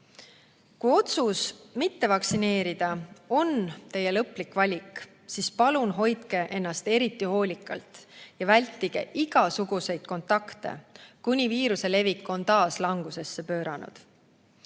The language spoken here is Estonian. Kui otsus mitte vaktsineerida on teie lõplik valik, siis palun hoidke ennast eriti hoolikalt ja vältige igasuguseid kontakte, kuni viiruse levik on taas langusesse pööranud.